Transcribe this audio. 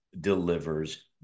delivers